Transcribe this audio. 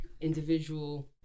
individual